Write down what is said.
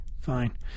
Fine